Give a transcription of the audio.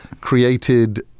created